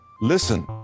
Listen